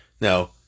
now